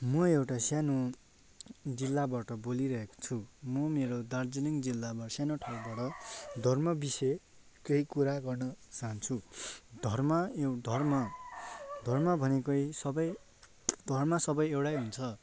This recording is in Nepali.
मो एउटा सानो जिल्लाबाट बोलिरहेको छु म मेरो दार्जिलिङ जिल्लामा सानो ठाउँबाट धर्म विषय केही कुरा गर्न चाहन्छु धर्म धर्म धर्म भनेकै सबै धर्म सबै एउटै हुन्छ